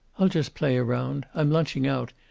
i'll just play around. i'm lunching out,